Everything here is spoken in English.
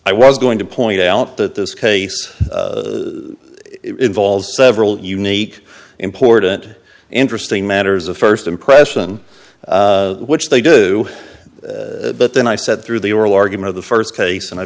i was going to point out that this case it involves several unique important interesting matters of first impression which they do but then i said through the oral argument of the first case and i